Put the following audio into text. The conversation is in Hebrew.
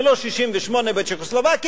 ולא 1968 בצ'כוסלובקיה,